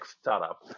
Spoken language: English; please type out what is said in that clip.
startup